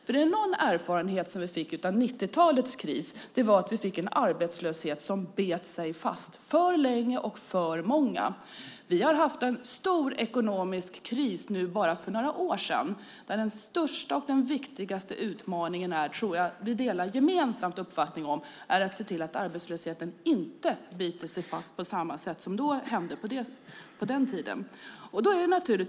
Var det någon erfarenhet som vi fick av 1990-talets kris var det att vi fick en arbetslöshet som bet sig fast - alltför länge och för alltför många. Vi har haft en djup ekonomisk kris nu bara för några år sedan, och den största och viktigaste utmaningen - det tror jag att vi delar uppfattningen om - är att se till att arbetslösheten inte biter sig fast på samma sätt som hände på den tiden.